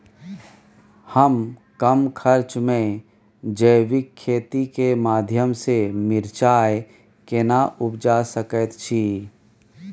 हम कम खर्च में जैविक खेती के माध्यम से मिर्चाय केना उपजा सकेत छी?